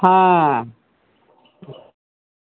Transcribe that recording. हँ